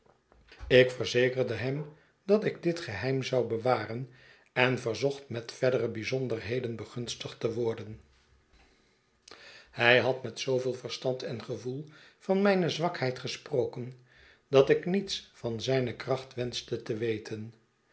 ik verzekerde hem dat ik dit geheim zou bewaren en verzocht met verdere bijzonderheden begunstigd te worden hij had met zooveel verstand en gevoel van mijne zwakheid gesproken dat ik iets van zijne kracht wenschte te weten